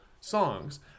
songs